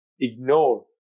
ignore